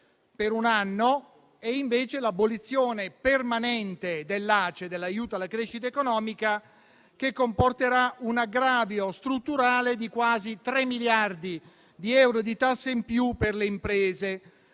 per un anno e invece l'abolizione permanente dell'ACE, dell'aiuto alla crescita economica, che comporterà un aggravio strutturale di quasi tre miliardi di euro di tasse in più per le imprese.